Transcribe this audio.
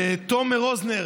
לתומר רוזנר,